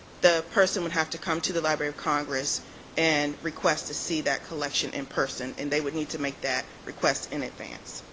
the person would have to come to the library of congress and request to see that collection in person. and they would need to make that request in advance.